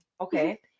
okay